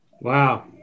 Wow